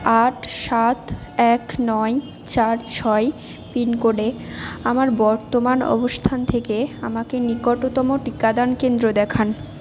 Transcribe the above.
আট সাত এক নয় চার ছয় পিনকোডে আমার বর্তমান অবস্থান থেকে আমাকে নিকটতম টিকাদান কেন্দ্র দেখান